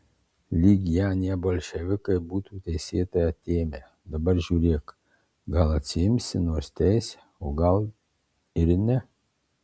lyg ją anie bolševikai būtų teisėtai atėmę dabar žiūrėk gal atsiimsi nors teisę o gal ir ne